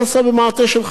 מה הסיבה?